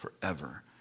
forever